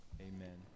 Amen